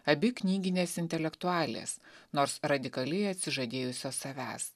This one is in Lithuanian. abi knyginės intelektualės nors radikaliai atsižadėjusios savęs